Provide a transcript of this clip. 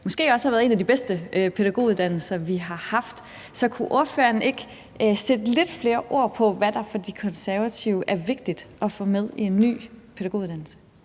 måske også har været en af de bedste pædagoguddannelser, vi har haft. Så kunne ordføreren ikke sætte lidt flere ord på, hvad der for De Konservative er vigtigt at få med i en ny pædagoguddannelse?